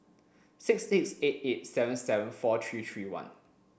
six six eight eight seven seven four three three one